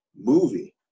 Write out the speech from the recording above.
movie